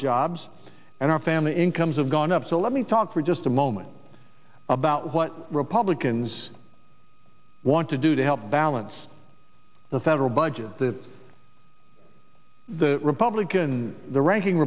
jobs and our family incomes have gone up so let me talk for just a moment about what republicans want to do to help balance the federal budget the the republican the ranking